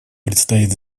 предстоит